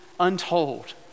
untold